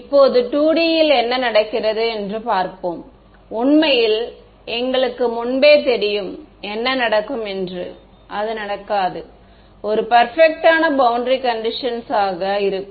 இப்போது 2D இல் என்ன நடக்கிறது என்று பார்ப்போம் உண்மையில் எங்களுக்கு முன்பே தெரியும் என்ன நடக்கும் என்று அது நடக்காது ஒரு பர்பெக்ட்டான பௌண்டரி கண்டிஷன்ஸ் ஆக இருக்கும்